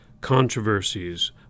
controversies